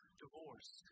divorce